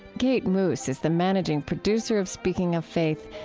kate moos is the managing producer of speaking of faith.